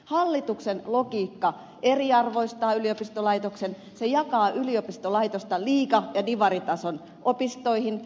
hallituksen logiikka eriarvoistaa yliopistolaitoksen se jakaa yliopistolaitosta liiga ja divaritason opistoihin